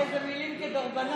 איזה מילים, כדרבונות.